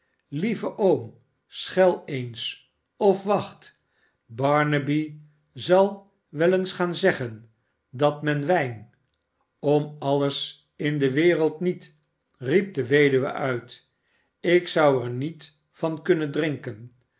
lieve m schel eens of wacht barnaby zal wel eens gaan zeggen dat men wijn om alles in de wereld niet riep de weduwe uit ik zou er niet van kunnen drinken